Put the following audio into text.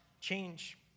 change